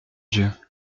dieu